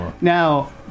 Now